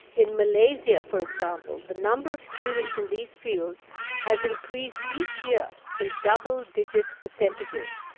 in malaysia, for example, the number of students in these fields has increased each year in double-digit percentages,